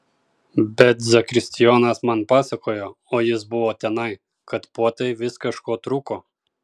bet zakristijonas man pasakojo o jis buvo tenai kad puotai vis kažko trūko